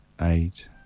eight